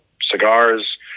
cigars